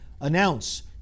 Announce